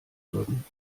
würden